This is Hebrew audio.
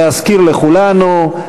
להזכיר לכולנו,